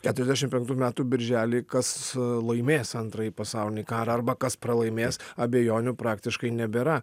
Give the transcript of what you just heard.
keturiasdešim penktų metų birželį kas laimės antrąjį pasaulinį karą arba kas pralaimės abejonių praktiškai nebėra